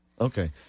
Okay